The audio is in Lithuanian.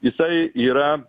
jisai yra